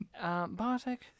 Bartek